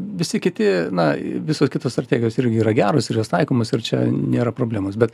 visi kiti na visos kitos strategijos irgi yra geros ir jos taikomos ir čia nėra problemos bet